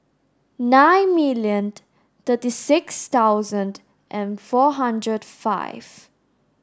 ninety million thirty six thousand and four hundred five